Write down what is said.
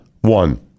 One